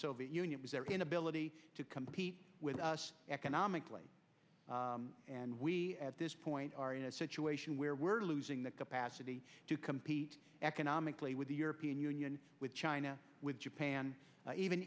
soviet union was their inability to compete with us economically and we at this point are in a situation where we're losing the capacity to compete economically with the european union with china with japan even